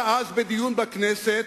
בדיון בכנסת: